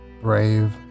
brave